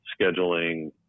scheduling